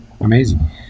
Amazing